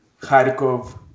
Kharkov